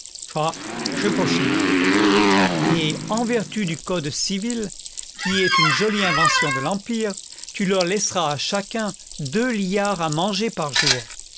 book search generated at et en vertu du code civil qui est une jolie invention de l'empire tu leur laisseras à chacun deux liards à manger par jour